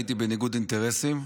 הייתי בניגוד אינטרסים.